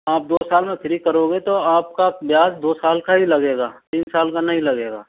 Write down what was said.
आप दो साल में फ्री करोगे तो आपका ब्याज दो साल का ही लगेगा तीन साल का नहीं लगेगा